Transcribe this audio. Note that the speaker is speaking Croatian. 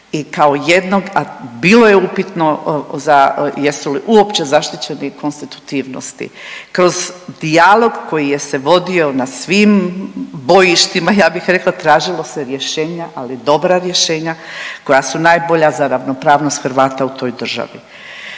I kao jednog a bilo je upitno jesu li uopće zaštićeni konstitutivnosti. Kroz dijalog koji se vodio na svim bojištima ja bih rekla tražilo se rješenja, ali dobra rješenja koja su najbolja za ravnopravnost Hrvata u toj državi.